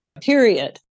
period